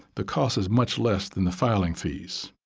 the cost is much less than the filing fees.